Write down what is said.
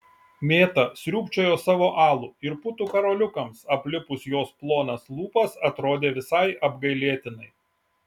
mėta sriubčiojo savo alų ir putų karoliukams aplipus jos plonas lūpas atrodė visai apgailėtinai